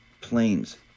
planes